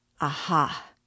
Aha